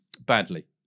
Badly